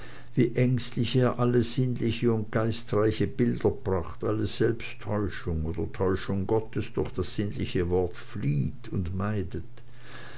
wie ängstlich er alle sinnliche und geistreiche bilderpracht alle selbsttäuschung oder täuschung gottes durch das sinnliche wort flieht und meidet